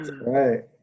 Right